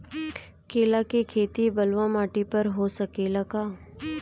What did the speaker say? केला के खेती बलुआ माटी पर हो सकेला का?